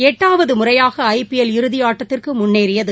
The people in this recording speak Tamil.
எட்டாவதுமுறையாக ஐ பிஎல் இறுதிஆட்டத்திற்குமுன்னேறியது